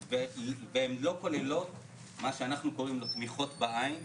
והן לא כוללות את מה שאנחנו קוראים לו תמיכות בעין,